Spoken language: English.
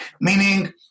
Meaning